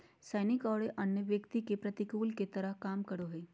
सैनिक औरो अन्य व्यक्ति के प्रतिकूल के तरह काम करो हइ